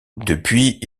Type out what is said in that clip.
depuis